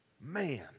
Man